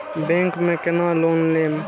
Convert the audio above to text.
Bank में केना loan लेम?